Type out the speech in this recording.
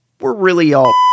we're-really-all-****